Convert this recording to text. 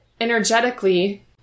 energetically